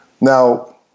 now